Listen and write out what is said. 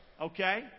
Okay